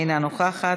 אינה נוכחת,